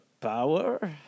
power